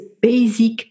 basic